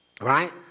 right